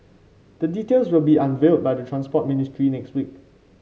the details will be unveiled by the Transport Ministry next week